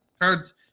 cards